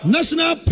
National